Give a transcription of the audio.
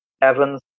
Evans